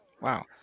Wow